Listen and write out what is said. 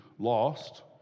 Lost